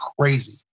crazy